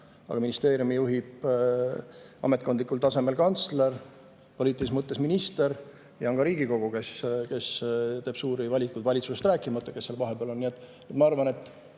aga ministeeriumi juhib ametkondlikul tasemel kantsler, poliitilises mõttes minister ja on ka Riigikogu, kes teeb suuri valikuid, valitsusest rääkimata, kes seal vahepeal on.